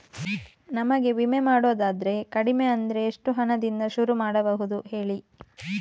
ನಮಗೆ ವಿಮೆ ಮಾಡೋದಾದ್ರೆ ಕಡಿಮೆ ಅಂದ್ರೆ ಎಷ್ಟು ಹಣದಿಂದ ಶುರು ಮಾಡಬಹುದು ಹೇಳಿ